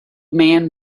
man